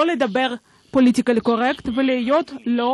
לדבר פוליטיקלי קורקט ולהיות לא,